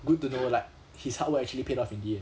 good to know like his hard work actually paid off in the end